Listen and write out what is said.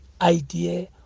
idea